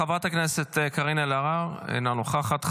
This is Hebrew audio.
חברת הכנסת קארין אלהרר, אינה נוכחת.